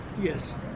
Yes